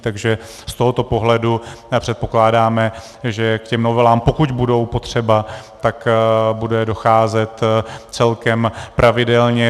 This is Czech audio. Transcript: Takže z tohoto pohledu předpokládáme, že k těm novelám, pokud budou potřeba, bude docházet celkem pravidelně.